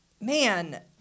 man